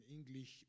English